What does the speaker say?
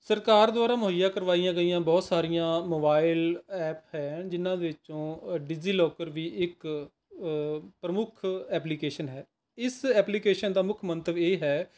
ਸਰਕਾਰ ਦੁਆਰਾ ਮੁਹੱਈਆ ਕਰਵਾਈਆਂ ਗਈਆਂ ਬਹੁਤ ਸਾਰੀਆਂ ਮੋਬਾਇਲ ਐਪ ਹੈ ਜਿਨ੍ਹਾਂ ਵਿੱਚੋਂ ਡਿਜ਼ੀਲੌਕਰ ਵੀ ਇੱਕ ਪ੍ਰਮੁੱਖ ਐਪਲੀਕੇਸ਼ਨ ਹੈ ਇਸ ਐਪੀਕੇਸ਼ਨ ਦਾ ਮੁੱਖ ਮੰਤਵ ਇਹ ਹੈ